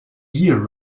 year